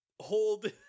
hold